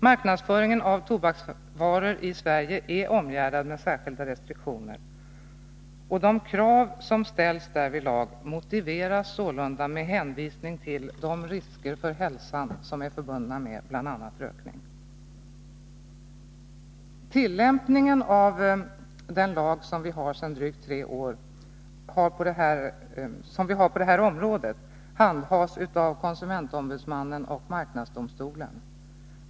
Marknadsföringen av tobaksvaror i Sverige är omgärdad med särskilda restriktioner, och de krav som ställs därvidlag motiveras sålunda med hänvisning till de risker för hälsan som är förbundna med bl.a. rökning. Tillämpningen av den lag som vi sedan drygt tre år har på det här området handhas av konsumentombudsmannen och marknadsdomstolen.